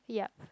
yup